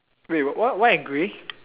wait what what white and grey